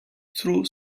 through